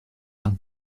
out